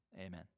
amen